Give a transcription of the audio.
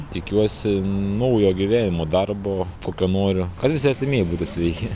tikiuosi naujo gyvenimo darbo kokio noriu kad visi artimieji būtų sveiki